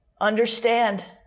understand